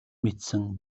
мэдсэн